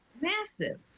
Massive